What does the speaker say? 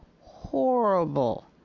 horrible